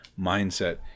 mindset